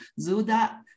Zuda